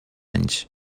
anys